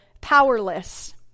powerless